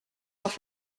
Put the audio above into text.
off